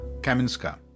Kaminska